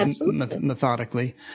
methodically